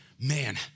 man